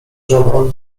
żoną